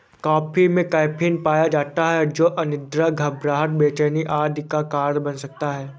coffee में caffeine पाया जाता है जो अनिद्रा, घबराहट, बेचैनी आदि का कारण बन सकता है